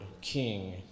King